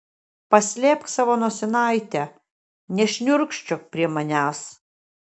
paslėpk savo nosinaitę nešniurkščiok prie manęs